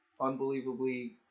unbelievably